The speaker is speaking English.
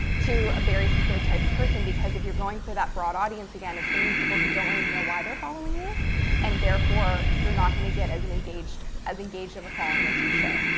to a very specific type of person. because if you're going for that broad audience, again, it's going to be people who don't really know why they're following you and therefore you're not going to get as and engaged as engaged of a following as you should.